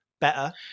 better